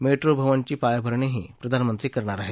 metro भवनची पायाभरणीही प्रधानमंत्री करणार आहेत